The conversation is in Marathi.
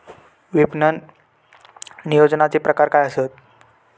विपणन नियोजनाचे प्रकार काय आसत?